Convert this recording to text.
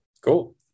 Cool